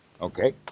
okay